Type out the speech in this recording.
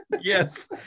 Yes